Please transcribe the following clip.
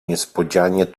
niespodzianie